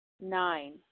Nine